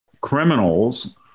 criminals